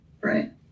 Right